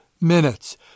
minutes